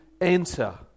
enter